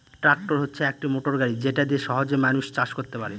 tractor হচ্ছে একটি motor গাড়ি যেটা দিয়ে সহজে মানুষ চাষ করতে পারে